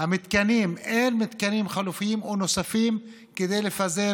המתקנים אין מתקנים חלופיים או נוספים כדי לפזר